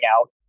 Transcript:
out